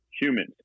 humans